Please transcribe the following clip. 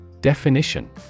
Definition